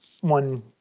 one